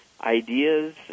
ideas